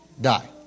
die